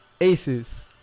Aces